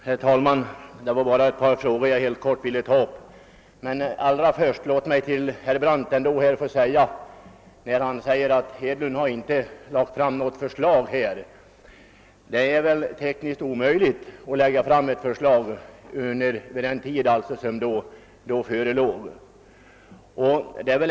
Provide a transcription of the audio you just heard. Herr talman! Jag vill helt kort beröra ett par frågor. Men låt mig först få vända mig till herr Brandt. Han säger att herr Hedlund inte lagt fram något förslag i riksdagen. Detta var väl tekniskt omöjligt vid den aktuella tiden.